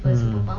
mm